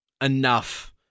enough